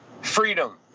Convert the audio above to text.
freedom